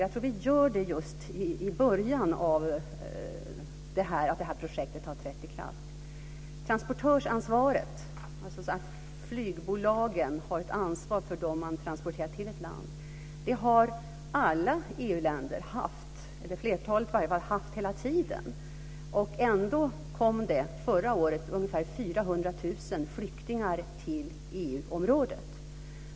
Jag tror att vi gör det just nu i början, när det här projektet ska träda i kraft. Transportörsansvaret, att flygbolagen har ett ansvar för dem man transporterar till ett land, har alla EU-länder, eller flertalet i alla fall, haft hela tiden. Ändå kom det förra året ungefär 400 000 flyktingar till EU-området.